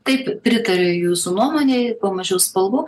taip pritariu jūsų nuomonei kuo mažiau spalvų